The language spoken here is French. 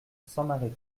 sans